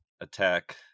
attack